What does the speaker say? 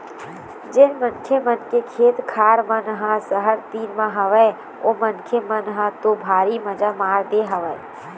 जेन मनखे मन के खेत खार मन ह सहर तीर म हवय ओ मनखे मन ह तो भारी मजा मार दे हवय